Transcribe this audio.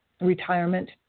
retirement